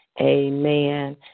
Amen